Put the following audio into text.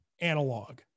analog